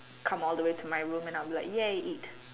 come all the way to my room and I'm like ya eat